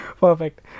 perfect